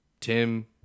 Tim